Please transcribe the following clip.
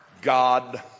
God